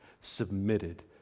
submitted